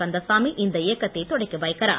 கந்தசாமி இந்த இயக்கத்தைத் தொடக்கிவைக்கிறார்